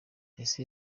ese